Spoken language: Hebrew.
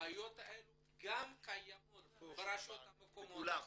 שהבעיות האלה קיימות ברשויות מקומיות אחרות,